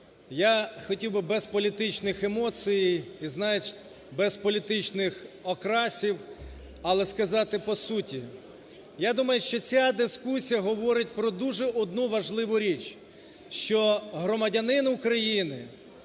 я хотів би без політичних емоцій і, значить, без політичних окрасів, але сказати по суті. Я думаю, що ця дискусія говорить про дуже одну важливу річ, що громадянин України